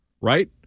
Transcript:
Right